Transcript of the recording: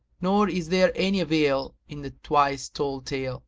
nor is there any avail in a twice told tale